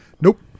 Nope